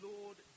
Lord